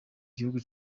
igihugu